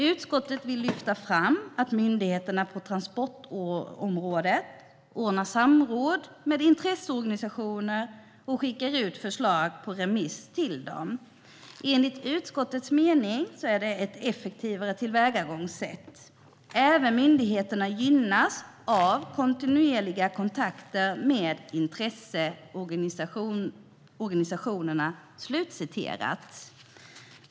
Utskottet vill lyfta fram att myndigheterna på transportområdet ordnar samråd med intresseorganisationer och skickar ut förslag på remiss till dem. Enligt utskottets mening är detta ett effektivt tillvägagångssätt. Även myndigheterna gynnas av kontinuerliga kontakter med intresseorganisationerna."